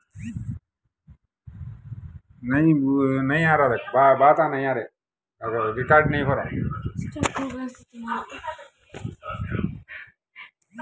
Insurance ಕಂತನ್ನ bank ಅಕೌಂಟಿಂದ ಹೆಂಗ ಕಟ್ಟಬೇಕು?